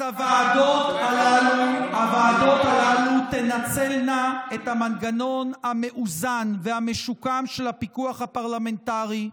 אז הוועדות הללו תנצלנה את המנגנון המאוזן והמשוקם של הפיקוח הפרלמנטרי,